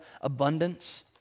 abundance